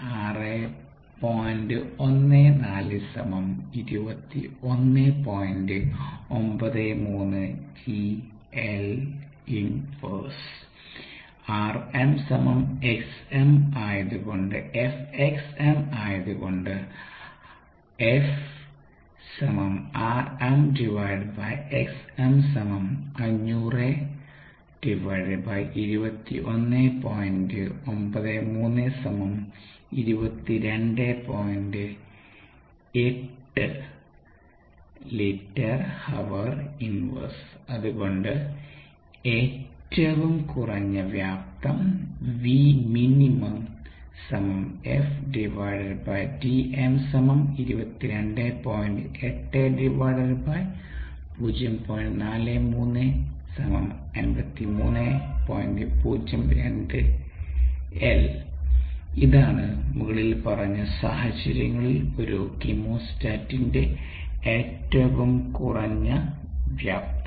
ആയത്കൊണ്ട് അതുകൊണ്ട് ഏറ്റവും കുറഞ്ഞ വ്യാപ്തം ഇതാണ് മുകളിൽ പറഞ്ഞ സാഹചര്യങ്ങളിൽ ഒരു കീമോസ്റ്റാറ്റിൻറെ ഏറ്റവും കുറഞ്ഞ വ്യാപ്തം